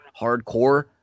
hardcore